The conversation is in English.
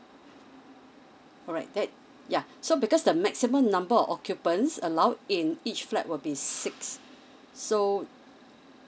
alright that yeah so because the maximum number occupants allowed in each flat would be six so